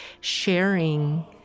sharing